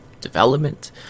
development